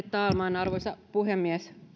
talman arvoisa puhemies